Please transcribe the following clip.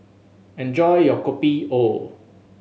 enjoy your Kopi O